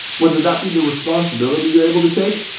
whether that be the responsibility you're able to take,